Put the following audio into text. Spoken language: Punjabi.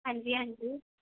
ਹਾਂਜੀ ਹਾਂਜੀ